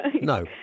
No